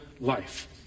life